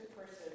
person